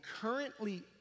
currently